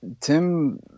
Tim